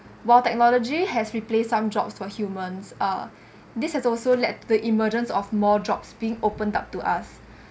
while technology has replaced some jobs for humans uh this has also led to the emergence of more jobs being opened up to us